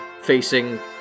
facing